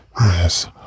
Yes